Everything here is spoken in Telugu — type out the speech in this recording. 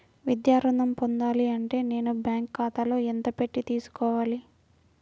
విద్యా ఋణం పొందాలి అంటే నేను బ్యాంకు ఖాతాలో ఎంత పెట్టి తీసుకోవాలి?